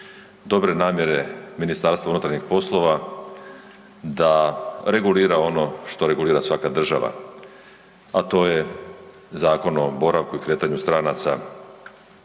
dobre namjere MUP-a da regulira ono što regulira svaka država, a to je Zakon o boravku i kretanju stranaca